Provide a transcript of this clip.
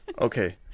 okay